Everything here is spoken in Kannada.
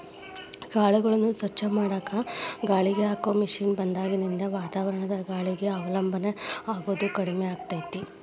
ಕಾಳುಗಳನ್ನ ಸ್ವಚ್ಛ ಮಾಡಾಕ ಗಾಳಿಗೆ ಹಾಕೋ ಮಷೇನ್ ಬಂದಾಗಿನಿಂದ ವಾತಾವರಣದ ಗಾಳಿಗೆ ಅವಲಂಬನ ಆಗೋದು ಕಡಿಮೆ ಆಗೇತಿ